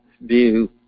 view